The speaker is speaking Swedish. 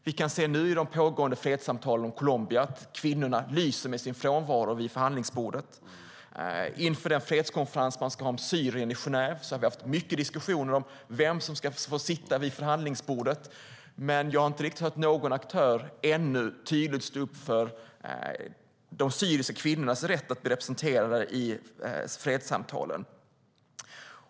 Vi kan nu i de pågående fredssamtalen i Colombia se att kvinnorna lyser med sin frånvaro vid förhandlingsbordet. Inför fredskonferensen om Syrien i Genève har vi haft mycket diskussioner om vem som ska få sitta vid förhandlingsbordet, men jag har ännu inte hört någon aktör tydligt stå upp för de syriska kvinnornas rätt att bli representerade i fredssamtalen.